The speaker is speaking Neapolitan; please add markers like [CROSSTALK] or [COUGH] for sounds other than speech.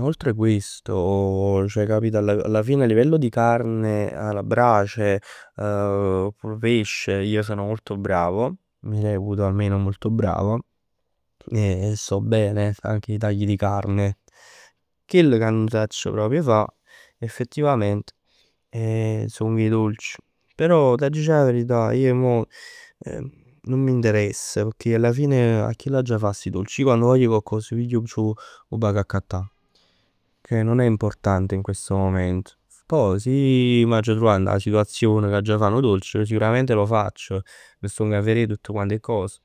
Oltre questo alla fine a livello di carne alla brace, [HESITATION] pesce. Io sono molto bravo. Mi reputo almeno molto bravo. [HESITATION] E so bene anche i tagli di carne. Chell ca nun sacc proprj fa effettivament song 'e dolci. Però t'aggia dicere 'a verità ij mo [HESITATION] nun m'interessa, pecchè alla fine a chi l'aggia fa sti dolci? Io quann voglio coccos ij piglio e c' 'o vag accattà. Che non è importante in questo momento. Poj s' ij m'aggia truvà dint 'a situazione che aggia fa cocch'dolce, sicuramente lo faccio. M' sto a verè tutt quant 'e cos.